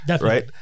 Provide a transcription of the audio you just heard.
Right